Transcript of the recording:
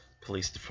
Police